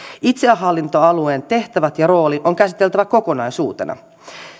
itsehallintoalueen tehtävät ja rooli on käsiteltävä kokonaisuutena